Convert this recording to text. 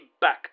back